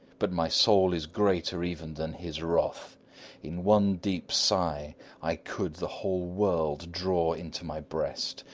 but my soul is greater even than his wrath in one deep sigh i could the whole world draw into my breast,